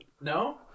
no